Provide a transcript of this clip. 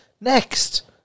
next